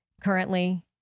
currently